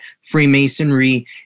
Freemasonry